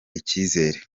icyizere